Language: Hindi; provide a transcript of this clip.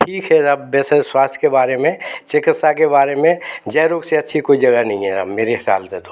ठीक है अब वैसे स्वास्थ्य के बारे में चिकित्सा के बारे में जयरोग से अच्छी कोई जगह नहीं है मेरे हिसाब से तो